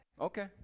Okay